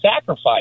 sacrifice